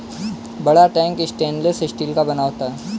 बड़ा tank stainless steel का बना होता है